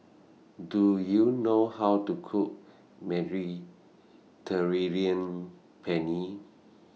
Do YOU know How to Cook Mediterranean Penne